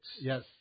Yes